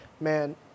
Man